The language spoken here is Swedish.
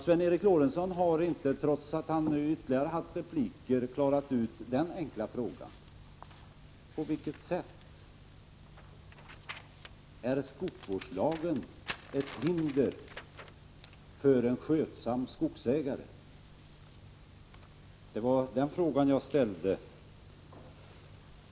Sven Eric Lorentzon har inte, trots att han nu haft ytterligare repliker, klarat ut denna enkla fråga, dvs. på vilket sätt skogsvårdslagen är ett hinder för en skötsam skogsägare. Det var den frågan jag ställde.